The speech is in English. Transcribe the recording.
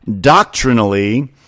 doctrinally